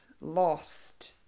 lost